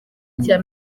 cya